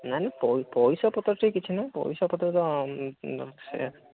ନାଇଁ ନାଇଁ ପଇସା ପଇସା ପତ୍ର ଠେଇଁ କିଛି ନାହିଁ ପଇସା ପତ୍ର କ'ଣ ସିଏ